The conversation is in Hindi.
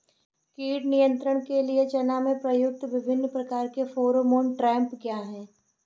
कीट नियंत्रण के लिए चना में प्रयुक्त विभिन्न प्रकार के फेरोमोन ट्रैप क्या है?